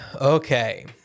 Okay